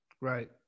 Right